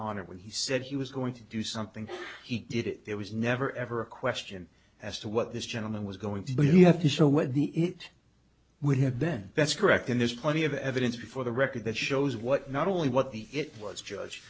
honor when he said he was going to do something he did it there was never ever a question as to what this gentleman was going to do you have to show what the it would have then that's correct and there's plenty of evidence before the record that shows what not only what the it was judge